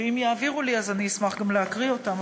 אם יעבירו לי אני אשמח להקריא אותם,